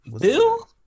Bill